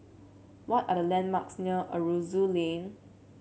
what are the landmarks near Aroozoo Lane